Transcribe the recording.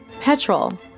Petrol